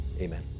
amen